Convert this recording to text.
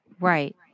Right